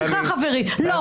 סליחה, חברי, לא.